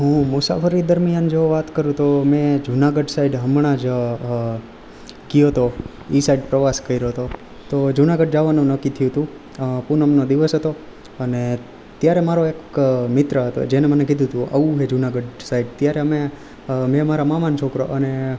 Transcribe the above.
હું મુસાફરી દરમ્યાન જો વાત કરું તો મેં જુનાગઢ સાઈડ હમણાંજ ગયો તો એ સાઈડ પ્રવાસ કર્યો જતો તો જુનાગઢ જવાનું નક્કી થયું હતું પુનમનો દિવસ હતો અને ત્યારે મારો એક મિત્ર હતો જેને મને કીધું તું આવું છે જુનાગઢ સાઈડ ત્યારે અમે મેંં મારા મામાનો છોકરો અને